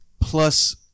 plus